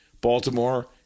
Baltimore